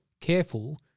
careful